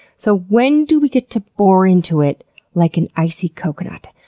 so when do we get to bore into it like an icy coconut?